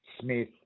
Smith